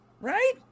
Right